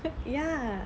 ya